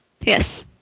Yes